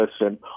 listen